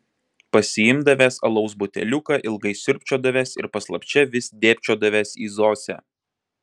pasiimdavęs alaus buteliuką ilgai siurbčiodavęs ir paslapčia vis dėbčiodavęs į zosę